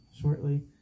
shortly